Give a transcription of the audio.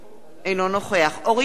אינו נוכח אורית נוקד,